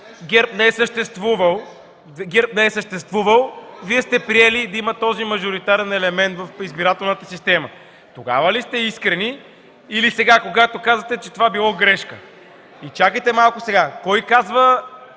ГЕРБ не е съществувал и Вие сте приели да има този мажоритарен елемент в избирателната система? Тогава ли сте искрени, или сега, когато казвате, че това било грешка? Кой казва,